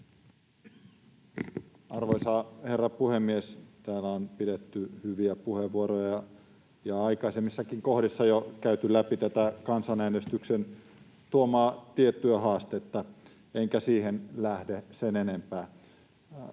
Arvoisa herra puhemies! Täällä on pidetty hyviä puheenvuoroja ja aikaisemmissakin kohdissa jo käyty läpi tätä kansanäänestyksen tuomaa tiettyä haastetta, enkä siihen lähde sen enempää.